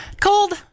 Cold